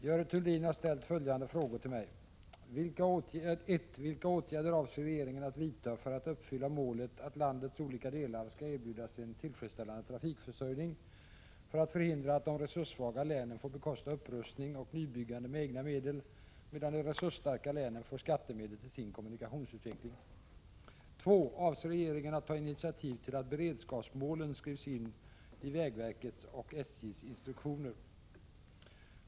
Herr talman! Görel Thurdin har ställt följande frågor till mig: 2. Avser regeringen att ta initiativ till att beredskapsmålen skrivs in i vägverkets och SJ:s instruktioner?